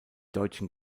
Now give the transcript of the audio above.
deutschen